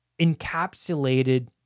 encapsulated